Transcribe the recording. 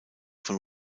von